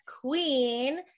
queen